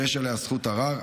ויש עליה זכות ערר.